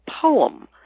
poem